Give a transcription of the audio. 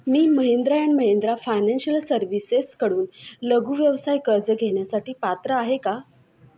me Mahindra and Mahindra financial सर्व्हिसेसकडून लघुव्यवसाय कर्ज घेण्यासाठी पात्र आहे का